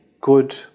good